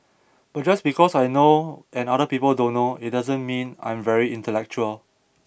but just because I know and other people don't know it doesn't mean I'm very intellectual